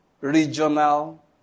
regional